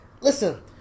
Listen